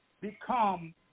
become